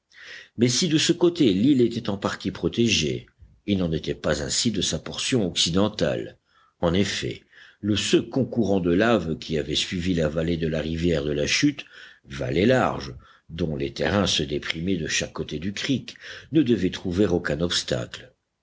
mais si de ce côté l'île était en partie protégée il n'en était pas ainsi de sa portion occidentale en effet le second courant de laves qui avait suivi la vallée de la rivière de la chute vallée large dont les terrains se déprimaient de chaque côté du creek ne devait trouver aucun obstacle